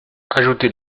ajoutez